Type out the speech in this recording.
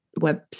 website